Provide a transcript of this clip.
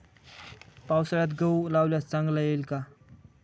पावसाळ्यात गहू लावल्यास चांगला येईल का?